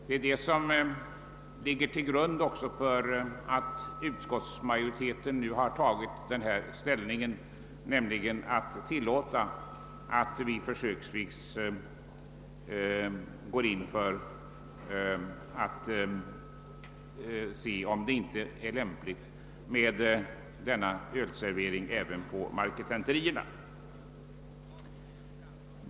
Det är detta som ligger till grund för att utskottsmajoriteten tillstyrker att öl försöksvis serveras även på marketenterierna.